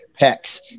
pecs